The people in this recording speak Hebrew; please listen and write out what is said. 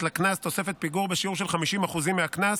לקנס תוספת פיגור בשיעור של 50% מהקנס,